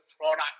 product